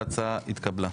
ההצעה התקבלה.